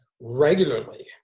regularly